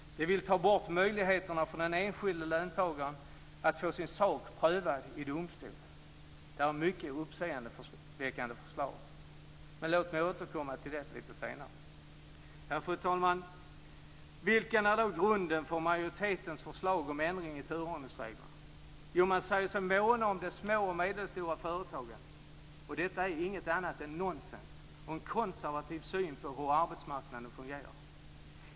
De vill ta bort möjligheten för den enskilde löntagaren att få sin sak prövad i domstol. Det är ett mycket uppseendeväckande förslag. Men låt mig återkomma till det lite senare. Fru talman! Vilken är då grunden för majoritetens förslag om ändring i turordningsreglerna? Jo, man säger sig måna om de små och medelstora företagen. Detta är inget annat än nonsens och en konservativ syn på hur arbetsmarknaden fungerar.